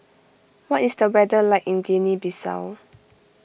what is the weather like in Guinea Bissau